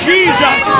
Jesus